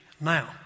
now